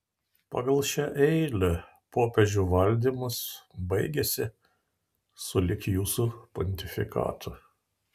pagal šią eilę popiežių valdymas baigiasi sulig jūsų pontifikatu